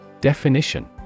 Definition